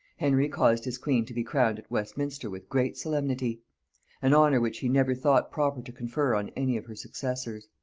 henry caused his queen to be crowned at westminster with great solemnity an honor which he never thought proper to confer on any of her successors.